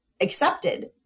accepted